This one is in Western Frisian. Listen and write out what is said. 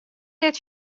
net